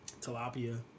tilapia